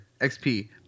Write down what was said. XP